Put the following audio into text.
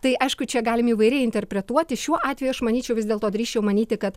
tai aišku čia galim įvairiai interpretuoti šiuo atveju aš manyčiau vis dėlto drįsčiau manyti kad